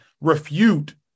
refute